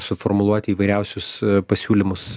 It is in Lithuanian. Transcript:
suformuluoti įvairiausius pasiūlymus